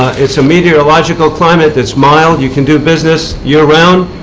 is a meteorological climate that is mild. you can do business year round,